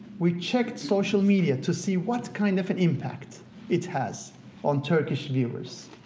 we checked social media to see what kind of impact it has on turkish viewers.